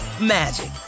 magic